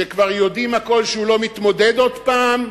שהכול כבר יודעים שהוא לא מתמודד עוד פעם,